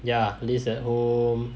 ya laze at home